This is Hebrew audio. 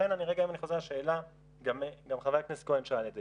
אם אני חוזר לשאלה, גם חבר הכנסת כהן שאל את זה,